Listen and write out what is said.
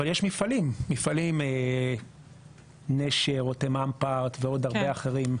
אבל יש מפעלים, נשר, רותם אמפרט ועוד הרבה אחרים.